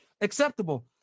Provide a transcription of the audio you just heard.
acceptable